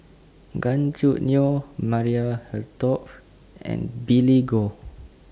Gan Choo Neo Maria Hertogh and Billy Koh